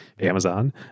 Amazon